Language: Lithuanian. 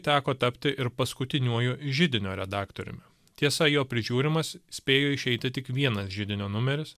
teko tapti ir paskutiniuoju židinio redaktoriumi tiesa jo prižiūrimas spėjo išeiti tik vienas židinio numeris